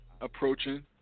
Approaching